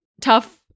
tough